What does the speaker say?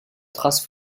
traces